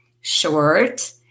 short